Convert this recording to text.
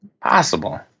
possible